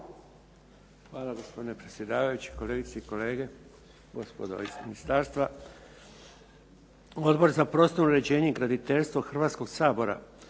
Hvala gospodine predsjedavajući, kolegice i kolege, gospodo iz ministarstva. Odbor za prostorno uređenje i graditeljstvo Hrvatskog sabora